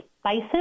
spices